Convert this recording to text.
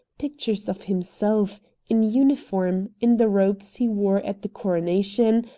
pictures of himself in uniform, in the robes he wore at the coronation,